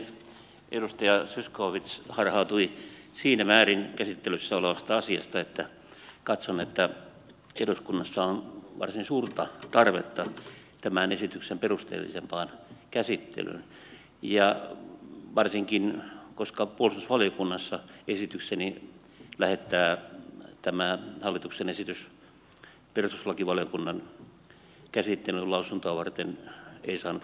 edustaja zyskowicz harhautui siinä määrin käsittelyssä olevasta asiasta että katson että eduskunnassa on varsin suurta tarvetta tämän esityksen perusteellisempaan käsittelyyn varsinkin koska puolustusvaliokunnassa esitykseni lähettää tämä hallituksen esitys perustuslakivaliokunnan käsittelyyn lausuntoa varten ei saanut kannatusta